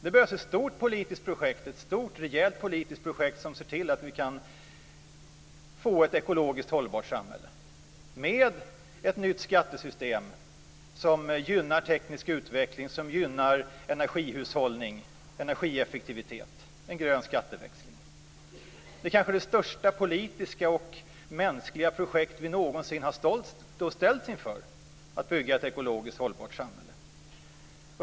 Det behövs ett stort, rejält politiskt projekt som ser till att vi kan få ett ekologiskt hållbart samhälle med ett nytt skattesystem som gynnar teknisk utveckling, energihushållning och energieffektivitet - en grön skatteväxling. Det är kanske det största politiska och mänskliga projekt vi någonsin har ställts inför: att bygga ett ekologiskt hållbart samhälle.